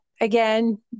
again